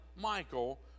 Michael